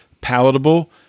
palatable